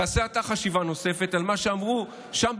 תעשה אתה חשיבה נוספת על מה שאמרו שם,